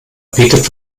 bietet